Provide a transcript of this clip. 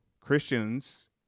Christians